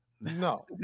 No